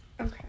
Okay